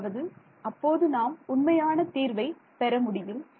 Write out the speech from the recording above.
அதாவது அப்போது நாம் உண்மையான தீர்வை பெற முடியும்